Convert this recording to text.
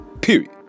Period